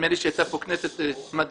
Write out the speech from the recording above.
נדמה לי שהיתה פה כנסת מדהימה,